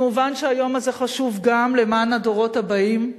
כמובן שהיום הזה חשוב גם למען הדורות הבאים,